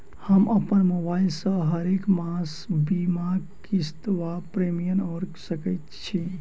हम अप्पन मोबाइल सँ हरेक मास बीमाक किस्त वा प्रिमियम भैर सकैत छी?